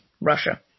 Russia